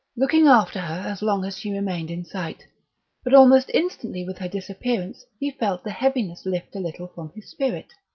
looking after her as long as she remained in sight but almost instantly with her disappearance he felt the heaviness lift a little from his spirit.